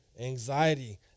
anxiety